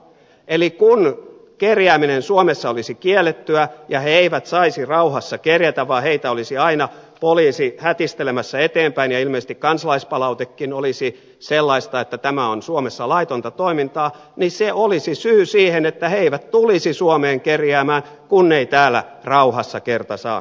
eli kun kerjääminen suomessa olisi kiellettyä ja he eivät saisi rauhassa kerjätä vaan heitä olisi aina poliisi hätistelemässä eteenpäin ja ilmeisesti kansalaispalautekin olisi sellaista että tämä on suomessa laitonta toimintaa niin se olisi syy siihen että he eivät tulisi suomeen kerjäämään kun ei täällä rauhassa kerta saa kerjätä